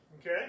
Okay